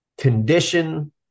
condition